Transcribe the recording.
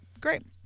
Great